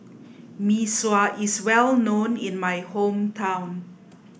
Mee Sua is well known in my hometown